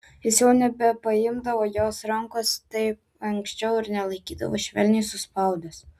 jis jau nebepaimdavo jos rankos kaip anksčiau ir nelaikydavo švelniai suspaudęs